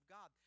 God